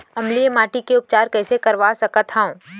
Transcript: अम्लीय माटी के उपचार कइसे करवा सकत हव?